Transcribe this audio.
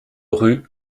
rue